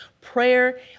Prayer